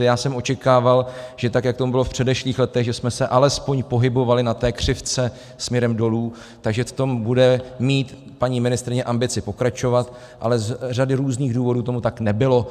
Já jsem očekával, že tak jak tomu bylo v předešlých letech, že jsme se alespoň pohybovali na té křivce směrem dolů, že v tom bude mít paní ministryně ambici pokračovat, ale z řady různých důvodů tomu tak nebylo.